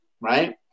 right